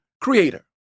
creator